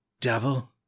devil